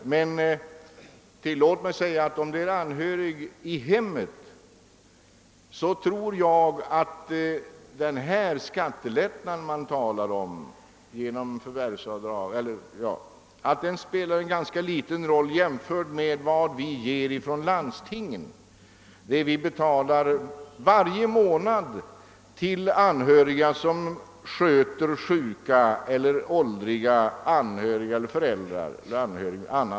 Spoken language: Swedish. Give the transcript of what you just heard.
Om det är fråga om en anhörig i hemmet tror jag att den skattelättnad man kan få spelar ganska liten roll jämfört med vad vi från landstingen varje månad betalar till anhöriga som sköter sjuka eller åldriga anförvanter.